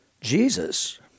Jesus